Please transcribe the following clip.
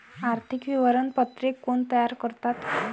आर्थिक विवरणपत्रे कोण तयार करतात?